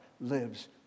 lives